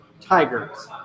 tigers